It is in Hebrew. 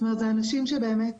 אנחנו מחזרים אחרי אנשים ומסבירים,